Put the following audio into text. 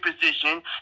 position